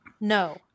no